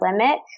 limit